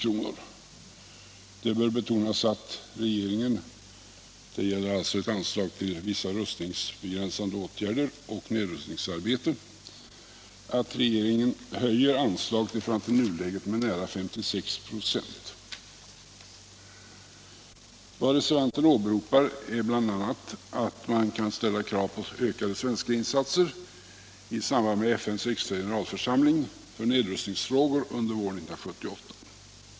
och det bör betonas att regeringen höjer anslaget i förhållande till nuläget med nära 56 96. Vad resevanterna åberopar är bl.a. att man kan ställa krav på ökade svenska insatser i samband med FN:s extra generalförsamling för nedrustningsfrågor under år 1978.